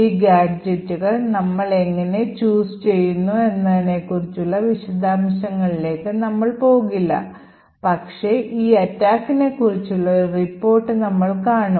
ഈ ഗാഡ്ജെറ്റുകൾ നമ്മൾ എങ്ങനെ choose ചെയ്യുന്നു എന്നതിനെക്കുറിച്ചുള്ള വിശദാംശങ്ങളിലേക്ക് നമ്മൾ പോകില്ല പക്ഷേ ഈ അറ്റാക്കിനെ കുറിച്ചുള്ള ഒരു റിപ്പോർട്ട് നമ്മൾ കാണും